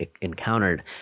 encountered